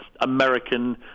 American